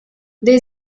there